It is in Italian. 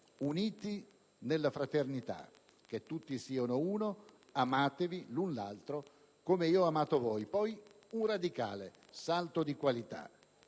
"uniti nella fraternità - che tutti siano uno - amatevi l'un l'altro come io ho amato voi". Poi, vi è stato un radicale salto di qualità